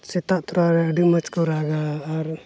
ᱥᱮᱛᱟᱜ ᱛᱚᱨᱟ ᱨᱮ ᱟᱹᱰᱤ ᱢᱚᱡᱽ ᱠᱚ ᱨᱟᱜᱟ ᱟᱨ